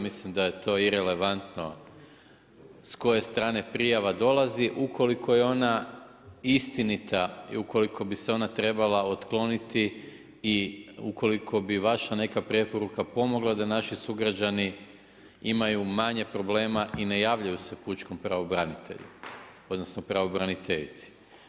Mislim da je to irelevantno s koje strane prijava dolazi ukoliko je ona istinita i ukoliko bi se ona trebala otkloniti i ukoliko bi vaša neka preporuka pomogla da naši sugrađani imaju manje problema i ne javljaju se pučkom pravobranitelju, odnosno pravobraniteljici.